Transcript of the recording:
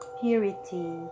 purity